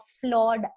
flawed